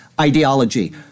ideology